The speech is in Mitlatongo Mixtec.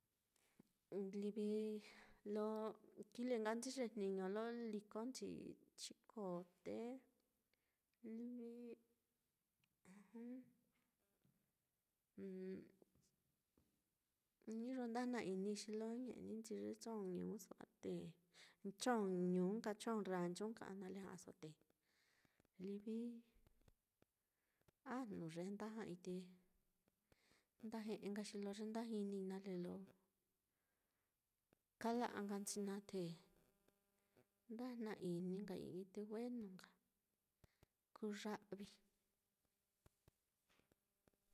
Livi lo kijlenka nchi ye jniño lo likonchi chikoo, te livi jum iyo nda jna-inii xilo ñe'ninchi ye chong ñuuso á te, chong ñuu, chong ranchu, nale ja'aso te livi ajnu yee nda ja'aite nda nkai xi lo ye nda jinii nale lo kala'anchi naá, te jna-ini nkai ɨ́ɨ́n ɨ́ɨ́n-i te wenu nka kuya'vi.